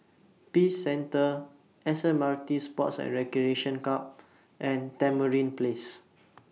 Peace Centre S M R T Sports and Recreation Club and Tamarind Place